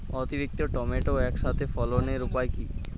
অতিরিক্ত টমেটো একসাথে ফলানোর উপায় কী?